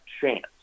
chance